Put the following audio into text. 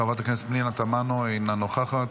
חברת הכנסת פנינה תמנו, אינה נוכחת.